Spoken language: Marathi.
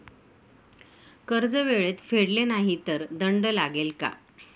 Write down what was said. कर्ज वेळेत फेडले नाही तर दंड लागेल का?